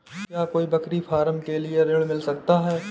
क्या कोई बकरी फार्म के लिए ऋण मिल सकता है?